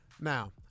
now